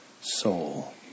soul